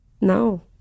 no